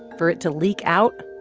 for it to leak out,